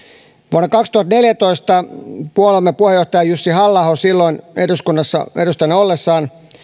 vuonna kaksituhattaneljätoista puolueemme puheenjohtaja jussi halla aho silloin eduskunnassa edustajana ollessaan